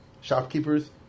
shopkeepers